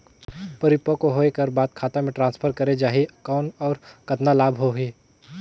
परिपक्व होय कर बाद खाता मे ट्रांसफर करे जा ही कौन और कतना लाभ होही?